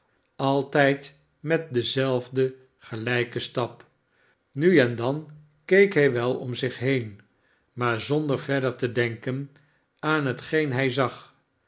altijd met denzelfden gelijken stap nu en dan keek hij wel om zich heen maar zonder verder te denken aan hetgeen hij zag